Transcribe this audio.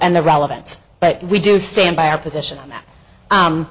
and the relevance but we do stand by our position that